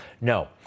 No